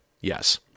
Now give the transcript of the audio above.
Yes